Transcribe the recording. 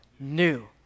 New